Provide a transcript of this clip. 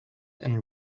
and